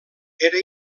era